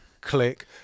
click